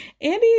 Andy